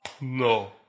No